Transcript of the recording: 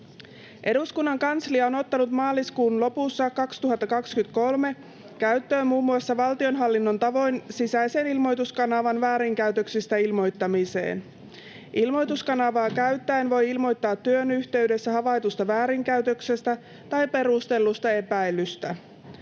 Eduskunnan kanslia on ottanut maaliskuun lopussa 2023 käyttöön muun valtionhallinnon tavoin sisäisen ilmoituskanavan väärinkäytöksistä ilmoittamiseen. Ilmoituskanavaa käyttäen voi ilmoittaa työn yhteydessä havaitusta väärinkäytöksestä tai perustellusta epäilystä.